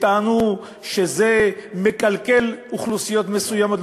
שטענו שהן מקלקלות אוכלוסיות מסוימות,